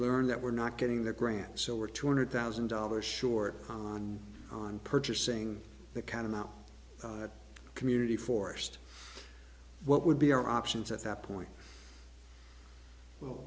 learned that we're not getting the grants so we're two hundred thousand dollars short on purchasing the kind of out of community forced what would be our options at that point well